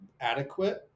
adequate